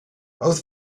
both